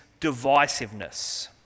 divisiveness